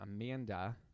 Amanda